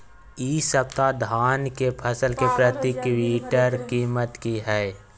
इ सप्ताह धान के फसल के प्रति क्विंटल कीमत की हय?